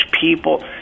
people